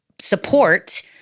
support